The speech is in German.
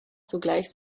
zugleich